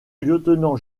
lieutenants